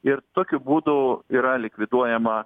ir tokiu būdu yra likviduojama